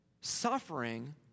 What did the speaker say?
suffering